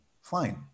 Fine